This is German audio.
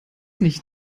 nicht